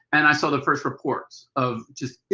and i saw the first reports of just